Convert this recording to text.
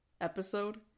episode